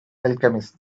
alchemist